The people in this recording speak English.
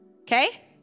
Okay